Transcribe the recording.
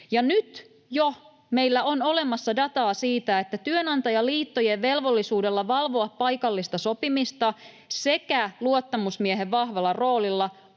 Nyt jo meillä on olemassa dataa siitä, että työnantajaliittojen velvollisuudella valvoa paikallista sopimista sekä luottamusmiehen vahvalla roolilla